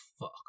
fuck